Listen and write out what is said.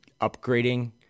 upgrading